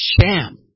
sham